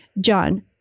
John